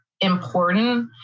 important